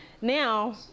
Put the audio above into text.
Now